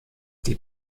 die